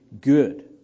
good